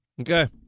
Okay